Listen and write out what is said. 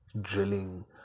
drilling